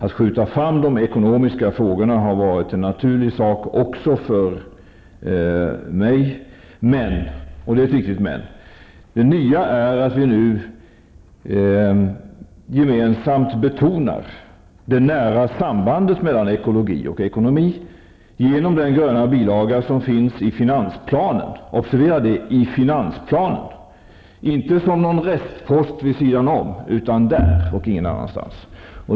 Att skjuta fram de ekonomiska frågorna har varit naturligt också för mig, men -- och det är ett viktigt men -- det nya är att vi nu gemensamt betonar det nära sambandet mellan ekologi och ekonomi genom den gröna bilaga som finns i finansplanen. Observera att det sker i finansplanen, inte som någon restpost vid sidan om, utan där och ingen annanstans.